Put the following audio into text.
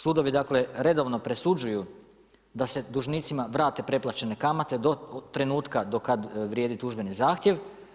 Sudovi dakle redovno presuđuju da se dužnicima vrate preplaćene kamate do trenutka do kad vrijedi tužbeni zahtjev.